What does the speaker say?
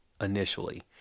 initially